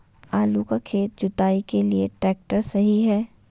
आलू का खेत जुताई के लिए ट्रैक्टर सही है?